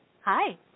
Hi